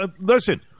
Listen